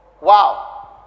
Wow